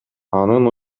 анын